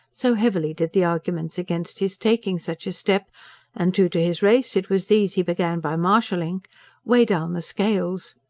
so heavily did the arguments against his taking such a step and, true to his race, it was these he began by marshalling weigh down the scales.